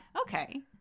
Okay